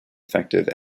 effective